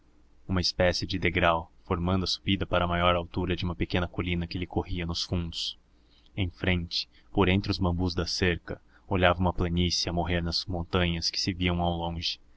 uma espécie de degrau formando a subida para a maior altura de uma pequena colina que lhe corria nos fundos em frente por entre os bambus da cerca olhava uma planície a morrer nas montanhas que se viam ao longe